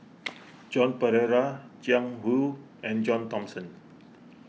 Joan Pereira Jiang Hu and John Thomson